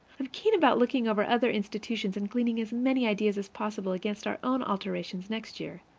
i'm keen about looking over other institutions and gleaning as many ideas as possible against our own alterations next year.